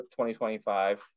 2025